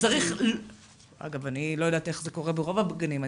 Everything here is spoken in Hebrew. אגב, אני לא יודעת איך זה קורה ברוב הגנים.